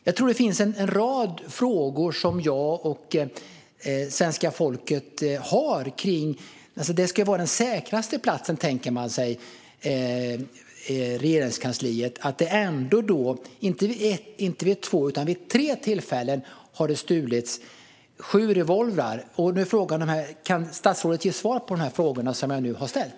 Jag tror att svenska folket har en rad frågor om detta. Regeringskansliet ska ju vara den säkraste platsen, tänker man sig. Ändå har det stulits sju pistoler därifrån - inte vid ett, inte vid två utan vid tre tillfällen. Kan statsrådet ge svar på frågorna som jag nu har ställt?